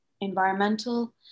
environmental